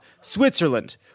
Switzerland